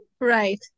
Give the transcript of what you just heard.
Right